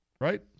right